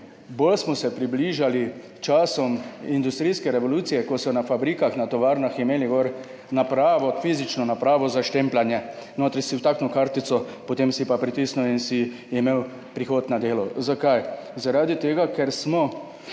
bolj smo se približali časom industrijske revolucije, ko so v fabrikah, tovarnah imeli fizično napravo za štempljanje, notri si vtaknil kartico, potem si pa pritisnil in si imel prihod na delo. Zakaj? Zaradi tega, ker smo